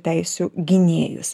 teisių gynėjus